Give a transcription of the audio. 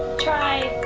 try,